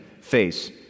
face